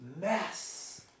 mess